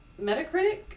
Metacritic